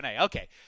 Okay